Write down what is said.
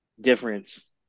difference